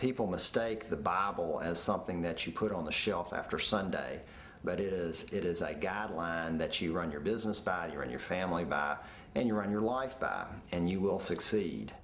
people mistake the bible as something that you put on the shelf after sunday but it is it is i guideline that you run your business by your and your family and you run your life by and you will succeed